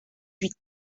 huit